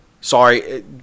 Sorry